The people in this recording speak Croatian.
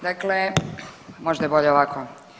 Dakle, možda je bolje ovako.